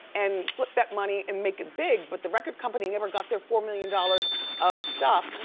and flip that money and make it big but the record company never got their four million dollars of stuff,